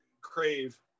crave